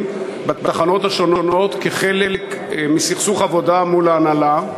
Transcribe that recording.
בתחנות השונות כחלק מסכסוך עבודה מול ההנהלה.